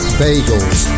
bagels